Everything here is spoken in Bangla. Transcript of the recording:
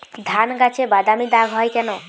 ধানগাছে বাদামী দাগ হয় কেন?